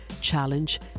challenge